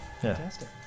Fantastic